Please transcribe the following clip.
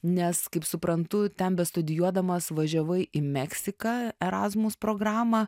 nes kaip suprantu ten bestudijuodamas važiavai į meksiką erasmus programą